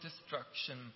destruction